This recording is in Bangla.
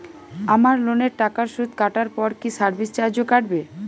আমার লোনের টাকার সুদ কাটারপর কি সার্ভিস চার্জও কাটবে?